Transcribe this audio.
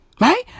Right